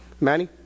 Manny